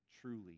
truly